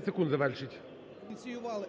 секунд, завершіть.